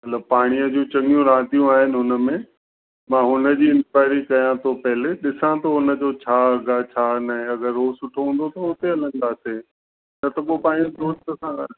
मतिलबु पाणीअ जी चङियूं जूं रातियूं आहिनि हुन में मां हुन जी इंक्वायरी कयां थो पहिले ॾिसां थो हुन जो छा अघु आहे छा न आहे अगरि उहो सुठो हूंदो त हुते हलंदासीं न त पोइ पंहिंजे दोस्त सां